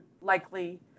likely